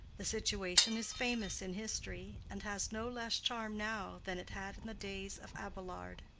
the situation is famous in history, and has no less charm now than it had in the days of abelard.